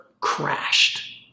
crashed